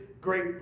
great